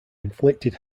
inflicted